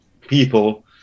people